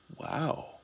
Wow